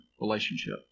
relationship